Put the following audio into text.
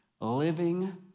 living